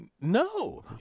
no